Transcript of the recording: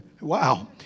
Wow